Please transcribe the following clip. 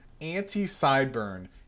anti-sideburn